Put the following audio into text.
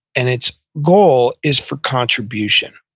and its goal is for contribution.